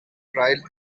trial